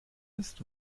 ist